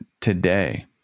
today